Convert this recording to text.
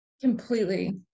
Completely